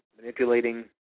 manipulating